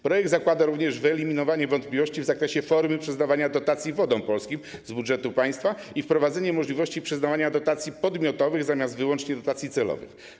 Projekt zakłada również wyeliminowanie wątpliwości w zakresie formy przyznawania Wodom Polskim dotacji z budżetu państwa i wprowadzenie możliwości przyznawania dotacji podmiotowych zamiast wyłącznie dotacji celowych.